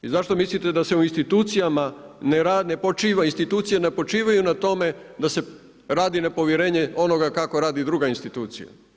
I zašto mislite da se u institucijama ne počiva, institucije ne počivaju na tome da se radi na povjerenje onoga kako radi druga institucija?